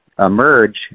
emerge